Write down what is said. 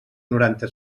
noranta